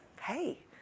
hey